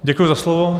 Děkuji za slovo.